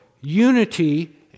unity